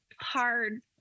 hard